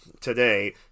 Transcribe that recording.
today